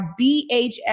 BHS